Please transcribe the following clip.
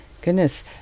goodness